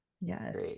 Yes